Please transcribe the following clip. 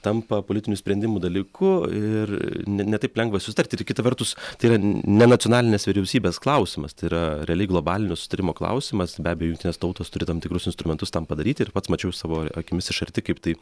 tampa politinių sprendimų dalyku ir ne ne taip lengva susitart ir kita vertus tai yra ne nacionalinės vyriausybės klausimas tai yra realiai globalinio susitarimo klausimas be abejo jungtinės tautos turi tam tikrus instrumentus tam padaryti ir pats mačiau savo akimis iš arti kaip tai